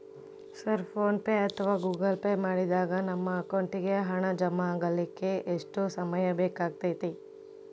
Sir PhonePe ಅಥವಾ Google pay ಮಾಡಿದಾಗ ನಮ್ಮ ಅಕೌಂಟಿಗೆ ಹಣ ಜಮಾ ಆಗಲಿಕ್ಕೆ ಎಷ್ಟು ಸಮಯ ಬೇಕಾಗತೈತಿ?